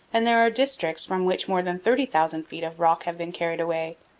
and there are districts from which more than thirty thousand feet of rock have been carried away.